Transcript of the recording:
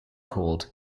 called